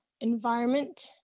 environment